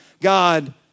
God